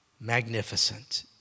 Magnificent